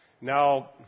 Now